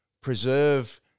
preserve